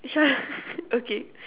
okay